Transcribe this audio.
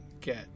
get